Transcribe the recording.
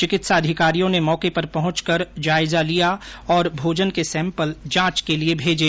चिकित्सा अधिकारियों ने मौके पर पहंचकर जायजा लिया और भोजन के सैम्पल जांच के लिए भेजे